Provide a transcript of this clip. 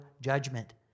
judgment